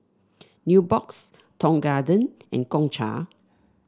Nubox Tong Garden and Gongcha